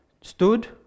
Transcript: stood